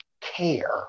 care